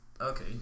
Okay